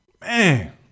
Man